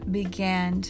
began